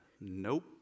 Nope